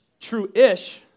true-ish